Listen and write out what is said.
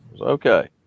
Okay